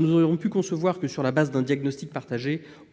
Nous aurions pu concevoir que, sur la base d'un diagnostic partagé,